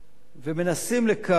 ומנסים לקעקע